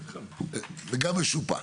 רגע.